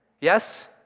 Yes